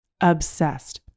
Obsessed